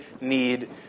need